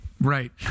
Right